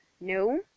No